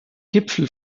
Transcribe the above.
gipfel